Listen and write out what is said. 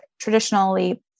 traditionally